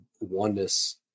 oneness